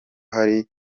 hari